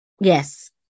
Yes